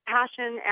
passion